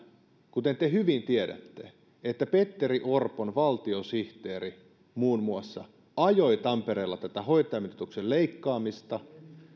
kuten te hyvin tiedätte muun muassa petteri orpon valtiosihteeri ajoi tampereella tätä hoitajamitoituksen leikkaamista